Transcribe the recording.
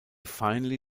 finally